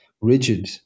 rigid